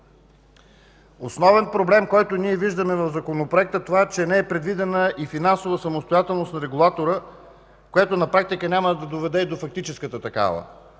Основен проблем, който виждаме в законопроекта това е, че не е предвидена и финансова самостоятелност на регулатора, което на практика няма да доведе и до фактическата такава.